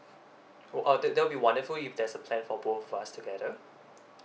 oh uh that that'll be wonderful if there's a plan for both of us together